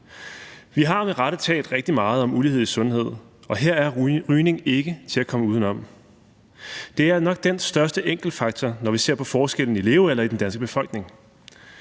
Vi har med rette talt rigtig meget om ulighed i sundhed, og her er rygning ikke til at komme udenom. Det er nok den største enkeltfaktor, når vi ser på forskellen i levealder i den danske befolkning.